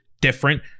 Different